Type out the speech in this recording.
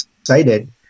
excited